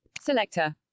Selector